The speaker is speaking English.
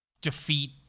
defeat